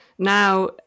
Now